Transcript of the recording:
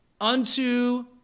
unto